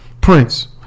Prince